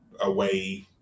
away